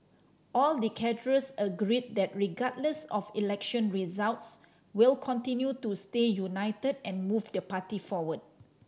all the cadres agree that regardless of election results we'll continue to stay united and move the party forward